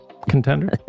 contender